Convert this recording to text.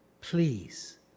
Please